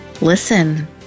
Listen